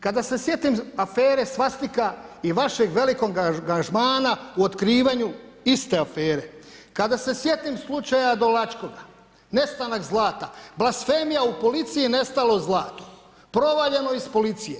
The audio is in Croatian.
Kada se sjetim afere „Svastika“ i vašeg velikog angažmana u otkrivanju iste afere, kada se sjetim slučaja Dolačkoga, nestanak zlata, blasfemija u policiji je nestalo zlato, provaljeno iz policije.